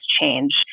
change